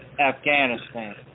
Afghanistan